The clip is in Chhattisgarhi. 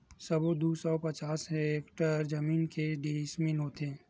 सबो दू सौ पचास हेक्टेयर जमीन के डिसमिल होथे?